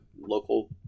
local